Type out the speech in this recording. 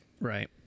Right